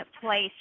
place